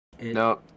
no